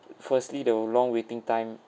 firstly the long waiting time